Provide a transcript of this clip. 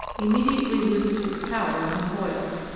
immediately loses its power when boiled.